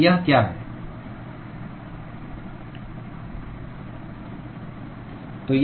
तो यह क्या है